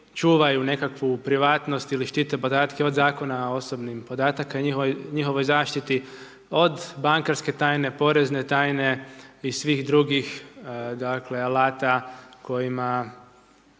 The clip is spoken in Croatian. nekakvu privatnost ili štite podatke od Zakona osobnih podataka i njihovoj zaštiti, od bankarske tajne, porezne tajne i svih drugih, dakle, alata, kojima